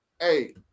Hey